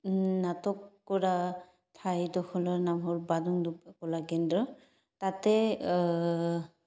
নাটক কৰা ঠাইডোখৰ নাম হ'ল বাদুংডুপ্পা কলাকেন্দ্ৰ তাতে